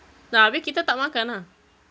ya abeh kita tak makan ah